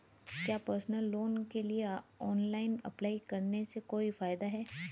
क्या personal loan के लिए ऑनलाइन अप्लाई करने से कोई फायदा है?